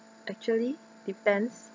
actually depends